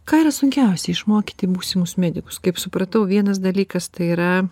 ką yra sunkiausia išmokyti būsimus medikus kaip supratau vienas dalykas tai yra